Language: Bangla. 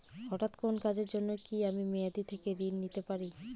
হঠাৎ কোন কাজের জন্য কি আমি মেয়াদী থেকে ঋণ নিতে পারি?